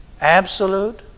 Absolute